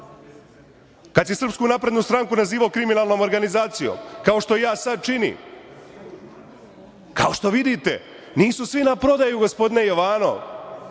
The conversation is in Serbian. kad si bio u pravu, kad si SNS nazivao kriminalnom organizacijom, kao što ja sad činim. Kao što vidite, nisu svi na prodaju, gospodine Jovanov,